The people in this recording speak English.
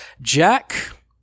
Jack